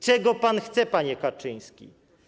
Czego pan chce, panie Kaczyński?